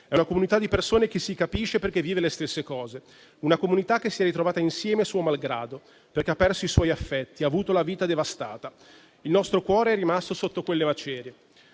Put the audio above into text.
è una comunità di persone che si capisce perché vive le stesse cose; una comunità che si è ritrovata insieme, suo malgrado, perché ha perso i suoi affetti e ha avuto la vita devastata. Il nostro cuore è rimasto sotto quelle macerie.